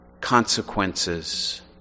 consequences